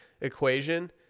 equation